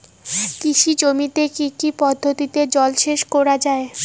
কৃষি জমিতে কি কি পদ্ধতিতে জলসেচ করা য়ায়?